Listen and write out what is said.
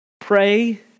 Pray